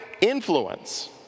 influence